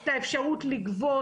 את האפשרות לגבות.